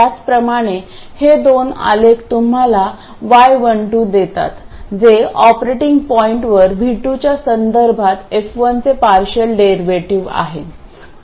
त्याचप्रमाणे हे दोन आलेख तुम्हाला y12 देतात जे ऑपरेटिंग पॉईंटवर V2 च्या संदर्भात f1 चे पार्शियल डेरिव्हेटिव्ह आहे